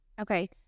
Okay